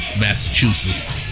Massachusetts